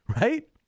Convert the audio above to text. Right